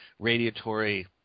radiatory